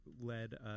led